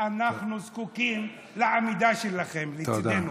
אנחנו זקוקים לעמידה שלכם לצידנו.